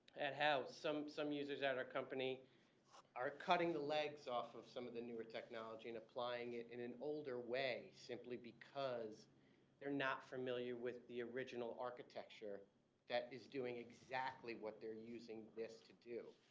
how some some users at our company are cutting the legs off of some of the newer technology and applying it in an older way simply because they're not familiar with the original architecture that is doing exactly what they're using this to do.